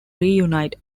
reunite